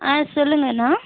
ஆ சொல்லுங்கள் அண்ணா